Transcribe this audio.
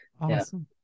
Awesome